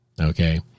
Okay